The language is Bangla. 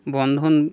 বন্ধন